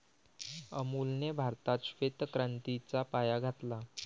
अमूलने भारतात श्वेत क्रांतीचा पाया घातला